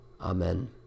Amen